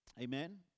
Amen